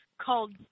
called